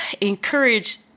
encourage